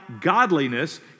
godliness